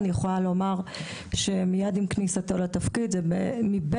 אני יכולה לומר שמיד עם כניסתו לתפקיד זה מבין